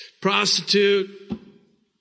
prostitute